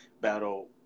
battle